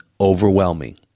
overwhelming